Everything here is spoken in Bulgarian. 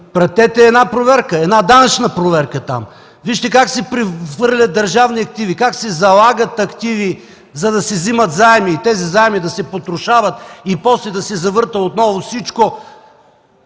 пратете една данъчна проверка там. Вижте как се прехвърлят държавни активи, как се залагат активи, за да се взимат заеми и тези заеми да се потрошават, и после да се завърта отново всичко.